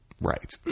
right